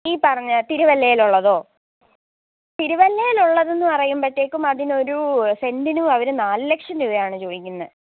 ഈ പറഞ്ഞ തിരുവല്ലേലുള്ളതോ തിരുവല്ലയിലുള്ളതെന്ന് പറയുമ്പോഴത്തേക്കും അതിനൊരൂ സെൻറ്റിന് അവർ നാല് ലക്ഷം രൂപയാണ് ചോദിക്കുന്നത്